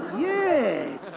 Yes